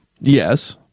Yes